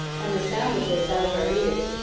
and the sound of this out of our ears,